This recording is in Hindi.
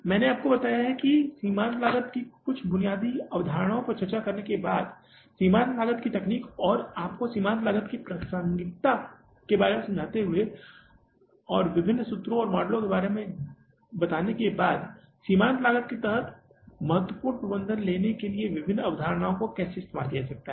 मैंने आपको बताया कि सीमांत लागत की बुनियादी अवधारणाओं पर चर्चा करने के बाद सीमांत लागत की तकनीक और आपको सीमांत लागत की प्रासंगिकता के बारे में समझाते हुए और विभिन्न सूत्रों और मॉडलों के बारे में जानने के बाद सीमांत लागत के तहत महत्वपूर्ण प्रबंधन निर्णय लेना के लिए विभिन्न अवधारणाओं को कैसे इस्तेमाल किया जा सकता है